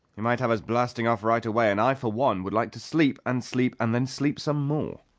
he might have us blasting off right away, and i, for one, would like to sleep and sleep and then sleep some more!